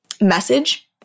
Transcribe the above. message